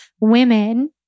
women